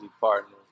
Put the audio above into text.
partners